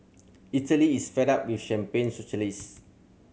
Italy is fed up with champagne socialist